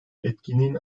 etkinliğin